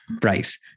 price